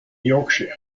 yorkshire